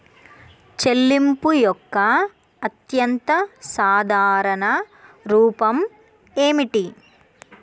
చెల్లింపు యొక్క అత్యంత సాధారణ రూపం ఏమిటి?